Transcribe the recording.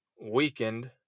weakened